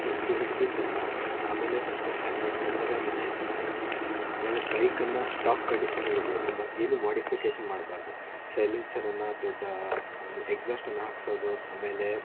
first ಹಿಡಿದು ದಂಡ ಹಾಕ್ತಾರೆ ಆಮೇಲೆ ಫಸ್ಟ್ ಹೆಲ್ಮೆಟ್ ಕೇಳ್ತಾರೆ ಆಮೇಲೆ ಲೈಸೆನ್ಸ್ ಕೇಳ್ತಾರೆ ಆಮೇಲೆ ಬೈಕನ್ನು ಸ್ಟಾಕ್ ಕಂಡೀಷನ್ನಲ್ಲಿ ಇಡಬೇಕು ಮತ್ತೇನು ಮಾಡಿಫಿಕೇಷನ್ ಮಾಡ್ಬಾರ್ದು ಸೈಲೆನ್ಸರನ್ನು ದೊಡ್ಡ ಅಂದರೆ ಎಕ್ಸಾಸ್ಟನ್ನು ಹಾಕಿಸೋದು ಆಮೇಲೆ